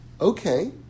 Okay